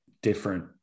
different